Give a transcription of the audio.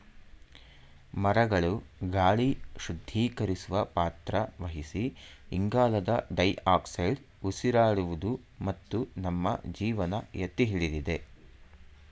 ಮರಗಳು ಗಾಳಿ ಶುದ್ಧೀಕರಿಸುವ ಪಾತ್ರ ವಹಿಸಿ ಇಂಗಾಲದ ಡೈಆಕ್ಸೈಡ್ ಉಸಿರಾಡುವುದು ಮತ್ತು ನಮ್ಮ ಜೀವನ ಎತ್ತಿಹಿಡಿದಿದೆ